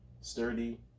sturdy